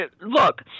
look